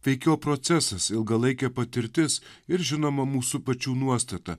veikiau procesas ilgalaikė patirtis ir žinoma mūsų pačių nuostata